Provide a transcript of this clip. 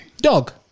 dog